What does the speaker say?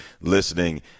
listening